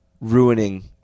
ruining